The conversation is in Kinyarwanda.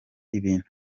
ibintu